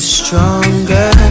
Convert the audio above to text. stronger